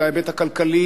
אל ההיבט הכלכלי,